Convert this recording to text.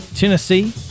Tennessee